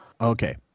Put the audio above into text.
Okay